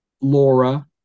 Laura